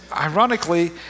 ironically